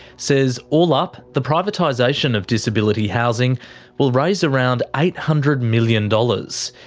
says, all up, the privatisation of disability housing will raise around eight hundred million dollars.